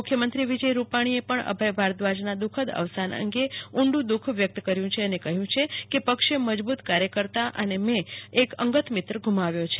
મુખ્યમંત્રી વિજય રૂપાણીએ પણ અભય ભારદ્વાજ ના દુખદ અવસાન અંગે ઊંડું દૂખ વ્યક્ત કર્યું છે અને કહ્યુંછે કે અમારા પક્ષે મજબૂત કાર્યકતા અને મે પોતે એક અંગત મિત્ર ગુમાવ્યો છે